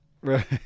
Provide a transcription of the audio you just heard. Right